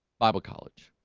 bible college